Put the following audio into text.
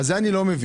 אז זה אני לא מבין,